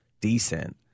decent